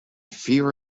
fear